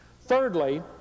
Thirdly